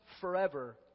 forever